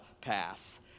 pass